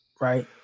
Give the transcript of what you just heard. right